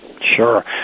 Sure